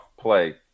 play